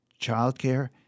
childcare